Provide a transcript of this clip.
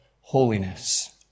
Holiness